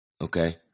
Okay